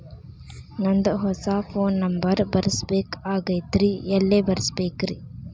ನಂದ ಹೊಸಾ phone number ಬರಸಬೇಕ್ ಆಗೈತ್ರಿ ಎಲ್ಲೆ ಬರಸ್ಬೇಕ್ರಿ?